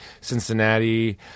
Cincinnati